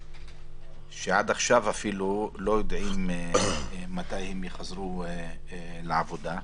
שעד עכשיו לא יודעים מתי יחזרו לעבוד.